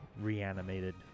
reanimated